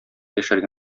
яшәргә